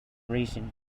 recent